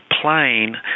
plane